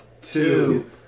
Two